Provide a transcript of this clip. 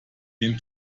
den